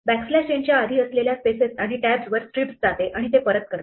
backslash n च्या आधी असलेल्या स्पेसेस आणि टैब्ज़ वर strips जाते आणि ते परत करते